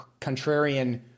contrarian